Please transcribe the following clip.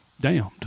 damned